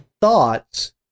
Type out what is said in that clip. thoughts